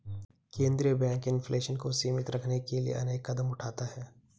केंद्रीय bank inflation को सीमित रखने के लिए अनेक कदम उठाता है